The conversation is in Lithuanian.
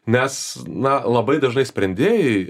nes na labai dažnai sprendėjai